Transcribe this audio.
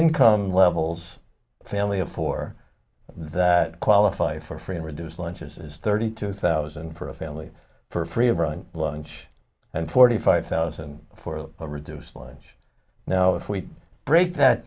income levels family of four that qualify for free and reduced lunches as thirty two thousand for a family for free of lunch and forty five thousand for a reduced lunch now if we break that